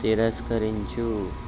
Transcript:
తిరస్కరించు